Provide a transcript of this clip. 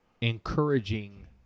encouraging